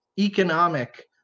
economic